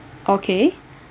okay